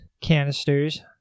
canisters